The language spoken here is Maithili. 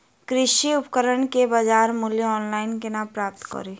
कृषि उपकरण केँ बजार मूल्य ऑनलाइन केना प्राप्त कड़ी?